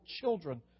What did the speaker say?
children